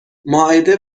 مائده